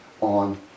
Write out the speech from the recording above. on